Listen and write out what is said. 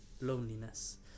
loneliness